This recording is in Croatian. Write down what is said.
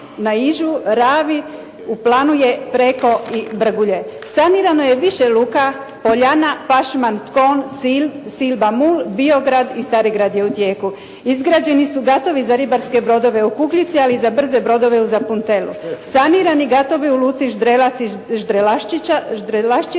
na Ižu, Ravi. U planu je Preko i Brgulje. Sanirano je više luka Poljana, Pašman, Ston, Silba, …/Govornik se ne razumije./… Biograd i Starigrad je u tijeku. Izgrađeni su gatovi za ribarske brodove u Kukljici, ali i za brze brodove u Zapuntelu. Sanirani gatovi u luci Ždrelac i